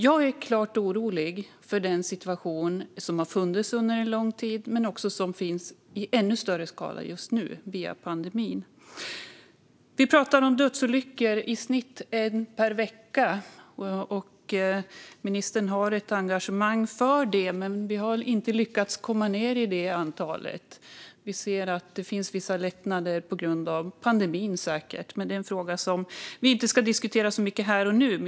Jag är klart orolig för den situation som har funnits under en lång tid och som i ännu större skala finns just nu under pandemin. Vi talar om dödsolyckor. I snitt är det en per vecka. Ministern har ett engagemang när det gäller detta, men vi har inte lyckats få antalet att gå ned. Det är säkert vissa lättnader på grund av pandemin, men det är en fråga som vi inte ska diskutera så mycket här och nu.